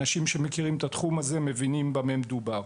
אנשים שמכירים את התחום הזה מבינים במה מדובר.